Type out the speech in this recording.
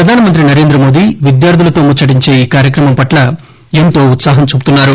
ప్రధానమంత్రి నరేంద్ర మోదీ విద్యార్థులతో ముచ్చటించే ఈ కార్యక్రమం పట్ల ఎంతో ఉత్పాహం చూపుతున్నారు